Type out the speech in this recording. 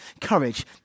courage